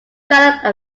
developed